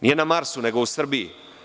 Nije na Marsu, nego u Srbiji.